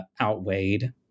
outweighed